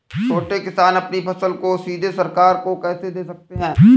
छोटे किसान अपनी फसल को सीधे सरकार को कैसे दे सकते हैं?